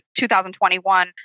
2021